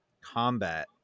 combat